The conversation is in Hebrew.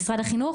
משרד החינוך?